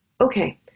Okay